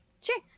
Sure